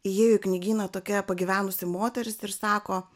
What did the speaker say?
įėjo į knygyną tokia pagyvenusi moteris ir sako